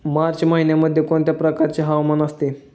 मार्च महिन्यामध्ये कोणत्या प्रकारचे हवामान असते?